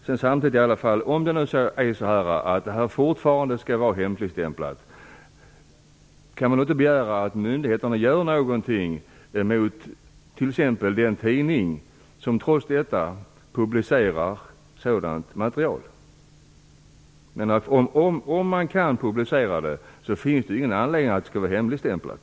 Kan man inte, om denna handling fortfarande skall vara hemligstämplad, begära att myndigheterna gör någonting t.ex. gentemot den tidning som trots det publicerar den? Om man kan publicera en handling finns det ju ingen anledning att den skall vara hemligstämplad.